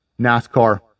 NASCAR